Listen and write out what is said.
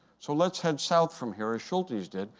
so let's head south from here as schultes did.